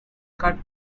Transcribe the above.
cut